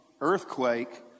earthquake